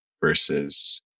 versus